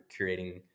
curating